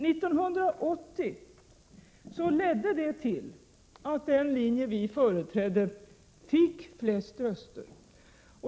1980 ledde detta till att den linje som vi företrädde fick flest röster.